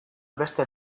beste